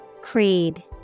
Creed